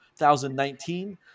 2019